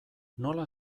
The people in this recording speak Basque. nola